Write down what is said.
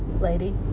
lady